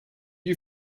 you